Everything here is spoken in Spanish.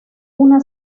una